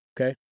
Okay